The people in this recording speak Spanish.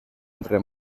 entre